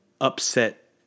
upset